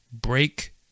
break